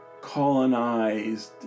colonized